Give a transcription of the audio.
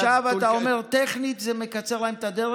ועכשיו אתה אומר שטכנית זה מקצר להם את הדרך?